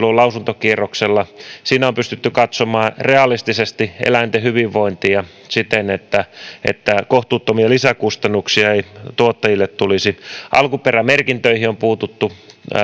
on lausuntokierroksella siinä on pystytty katsomaan realistisesti eläinten hyvinvointia siten että että kohtuuttomia lisäkustannuksia ei tuottajille tulisi alkuperämerkintöihin on puututtu